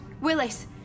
Willis